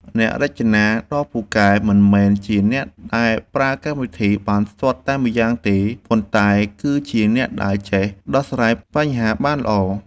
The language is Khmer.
អ្នករចនាដ៏ពូកែមិនមែនជាអ្នកដែលប្រើកម្មវិធីបានស្ទាត់តែម្យ៉ាងទេ ប៉ុន្តែគឺជាអ្នកដែលចេះដោះស្រាយបញ្ហាបានល្អ។